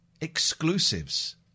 exclusives